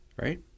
Right